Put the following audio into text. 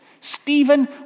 Stephen